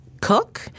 cook